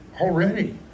already